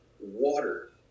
water